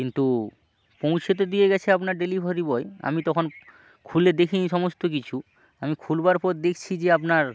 কিন্তু পৌঁছে তো দিয়ে গিয়েছে আপনার ডেলিভারি বয় আমি তখন খুলে দেখিনি সমস্ত কিছু আমি খুলবার পর দেখছি যে আপনার